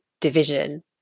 Division